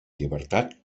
llibertat